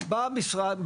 בא המשרד,